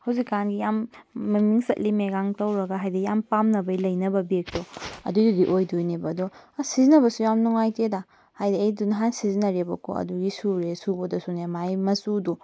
ꯍꯧꯖꯤꯛ ꯀꯥꯟꯒꯤ ꯌꯥꯝ ꯃꯃꯤꯡ ꯆꯠꯂꯤꯃꯦꯒꯥꯡ ꯇꯧꯔꯒ ꯍꯥꯏꯗꯤ ꯌꯥꯝ ꯄꯥꯝꯅꯕꯩ ꯂꯩꯅꯕ ꯕꯦꯒꯇꯣ ꯑꯗꯨꯒꯤꯗꯨ ꯑꯣꯏꯗꯣꯏꯅꯦꯕ ꯑꯗꯣ ꯑꯁ ꯁꯤꯖꯤꯟꯅꯕꯁꯨ ꯌꯥꯝ ꯅꯨꯡꯉꯥꯏꯇꯦꯗ ꯍꯥꯏꯗꯤ ꯑꯩꯗꯣ ꯅꯍꯥꯟ ꯁꯤꯖꯤꯟꯅꯔꯦꯕꯀꯣ ꯑꯗꯨꯒꯤ ꯁꯨꯔꯦ ꯁꯨꯕꯗꯁꯨꯅꯦ ꯃꯥꯒꯤ ꯃꯆꯨꯗꯣ